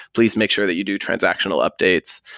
please make sure that you do transactional updates.